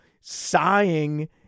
Sighing